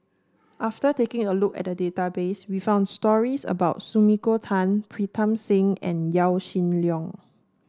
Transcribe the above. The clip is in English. after taking a look at the database we found stories about Sumiko Tan Pritam Singh and Yaw Shin Leong